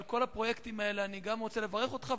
על כל הפרויקטים האלה אני רוצה לברך אותך,